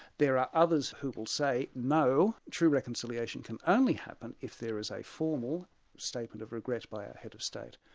there are others who will say no, true reconciliation can only happen if there is a formal statement of regret by our head of state.